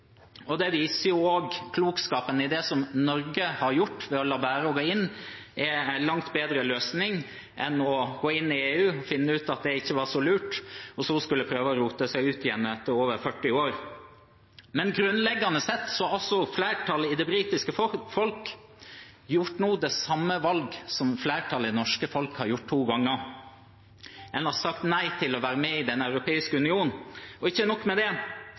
og det viser også klokskapen i det Norge har gjort ved å la være å gå inn. Det er en langt bedre løsning enn å gå inn i EU og finne ut at det ikke var så lurt, og så skulle prøve å rote seg ut igjen etter over 40 år. Men grunnleggende sett har også flertallet i det britiske folk nå gjort det samme valget som flertallet i det norske folk har gjort to ganger. En har sagt nei til å være med i Den europeiske union. Og ikke nok med det: